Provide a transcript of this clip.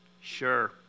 Sure